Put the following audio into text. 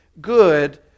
good